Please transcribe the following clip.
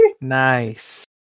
nice